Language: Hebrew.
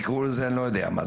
תקראו לזה אני לא יודע מה,